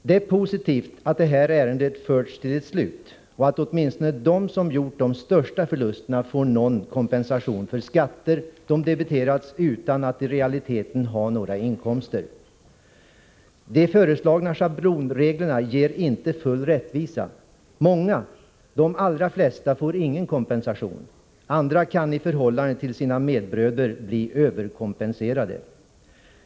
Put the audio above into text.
Det är positivt att det här ärendet förts till ett slut och att åtminstone de som gjort de största förlusterna får någon kompensation för skatter de debiterats utan att i realiteten ha haft några inkomster. De föreslagna schablonreglerna ger inte full rättvisa. Många, de allra flesta, får ingen kompensation. Andra kan i förhållande till sina medbröder bli överkompenserade.